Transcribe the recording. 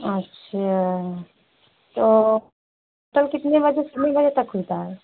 अच्छा तो कल कितने बजे से कितने बजे तक खुलता है